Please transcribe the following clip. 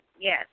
yes